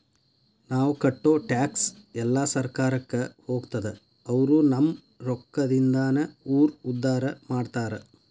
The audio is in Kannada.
ನಾವ್ ಕಟ್ಟೋ ಟ್ಯಾಕ್ಸ್ ಎಲ್ಲಾ ಸರ್ಕಾರಕ್ಕ ಹೋಗ್ತದ ಅವ್ರು ನಮ್ ರೊಕ್ಕದಿಂದಾನ ಊರ್ ಉದ್ದಾರ ಮಾಡ್ತಾರಾ